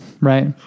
right